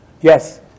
Yes